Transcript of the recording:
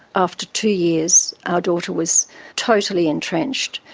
after two years our daughter was totally entrenched,